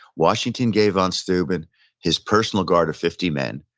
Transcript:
washington gave von steuben his personal guard of fifty men,